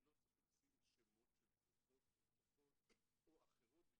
לא צריך לשים שמות של תרופות נוספות או אחרות,